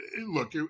look